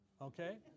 okay